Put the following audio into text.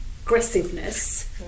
aggressiveness